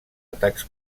atacs